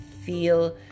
feel